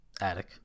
attic